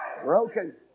Broken